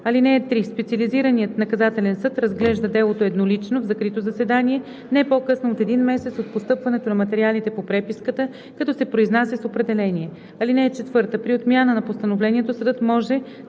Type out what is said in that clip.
(3) Специализираният наказателен съд разглежда делото еднолично в закрито заседание не по-късно от един месец от постъпването на материалите по преписката, като се произнася с определение. (4) При отмяна на постановлението съдът може